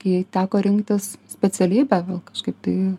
kai teko rinktis specialybę kažkaip tai